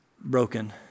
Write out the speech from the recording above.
broken